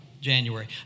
January